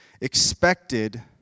expected